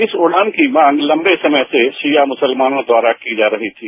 इस उड़ान की मांग लंबे समय से शिया मुसलमानोंद्वारा की जा रही थी